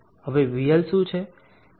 હવે Vl શું છે